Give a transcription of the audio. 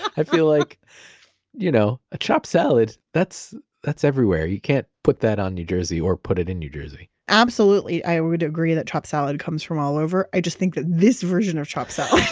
i feel like you know a chopped salad, that's that's everywhere. you can't put that on new jersey or put it in new jersey absolutely, i would agree that chopped salad comes from all over. i just think that this version of chopped salad.